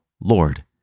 Lord